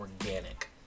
organic